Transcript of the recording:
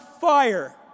fire